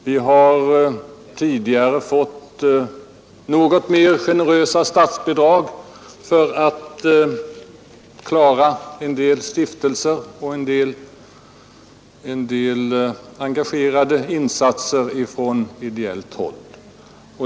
Vi har tidigare fått något mer generösa statsbidrag för att klara en del stiftelser och en del engagerade insatser från ideellt håll.